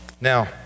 Now